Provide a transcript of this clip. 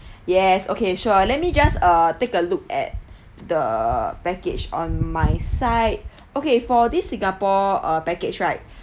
yes okay sure let me just uh take a look at the package on my side okay for this singapore uh package right